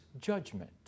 judgment